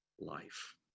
life